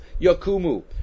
Yakumu